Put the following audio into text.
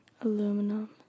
Aluminum